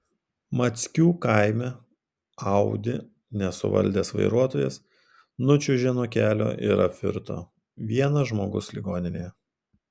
mackių kaime audi nesuvaldęs vairuotojas nučiuožė nuo kelio ir apvirto vienas žmogus ligoninėje